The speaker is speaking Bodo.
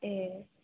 ए